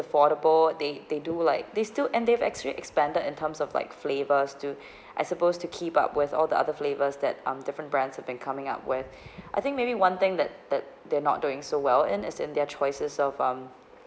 affordable they they do like they still and they've extra expanded in terms of like flavors to I supposed to keep up with all the other flavors that um different brands have been coming up with I think maybe one thing that that they're not doing so well in it's in their choices of um